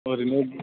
ओरैनो